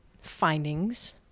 findings